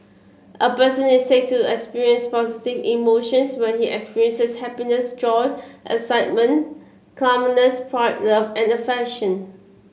a person is said to experience positive emotions when he experiences happiness joy excitement calmness pride love and affection